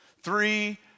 Three